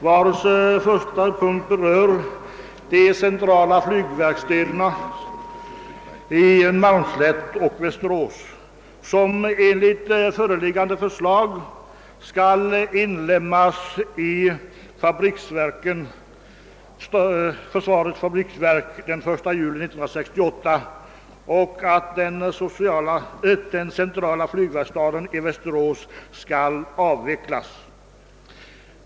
Under dess första punkt behandlas de centrala flygverkstäderna i Malmslätt och Västerås. Enligt föreliggande förslag skall dessa verkstäder inlemmas i försvarets fabriksverk den 1 juli 1968 och den centrala flygverkstaden i Västerås avvecklas.